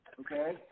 okay